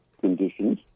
conditions